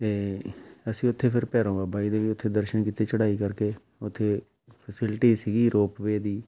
ਅਤੇ ਅਸੀਂ ਉੱਥੇ ਫਿਰ ਭੈਰੋਂ ਬਾਬਾ ਜੀ ਦੇ ਵੀ ਉੱਥੇ ਦਰਸ਼ਨ ਕੀਤੇ ਚੜ੍ਹਾਈ ਕਰਕੇ ਉੱਥੇ ਫਸਿਲਟੀ ਸੀਗੀ ਰੋਪਵੇ ਦੀ